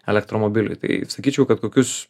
elektromobiliui tai sakyčiau kad kokius